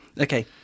Okay